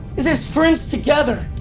is as friends together.